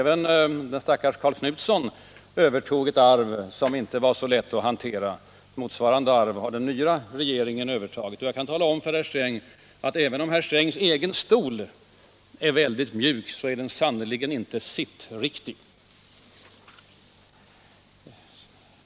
Den stackars Karl Knutsson övertog ett arv som inte var så lätt att hantera. Ett motsvarande arv har den nya regeringen övertagit. Jag kan tala om för herr Sträng att herr Strängs tidigare stol, även om den är mycket mjuk, sannerligen inte är sittriktig.